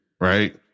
right